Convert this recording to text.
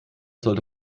sollte